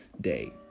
day